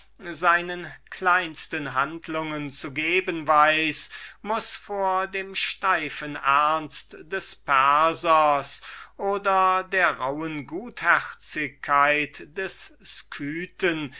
seinen kleinsten handlungen zu geben weiß muß vor dem steifen ernst des persers oder der rauhen gutherzigkeit des